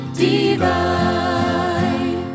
divine